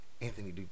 Anthony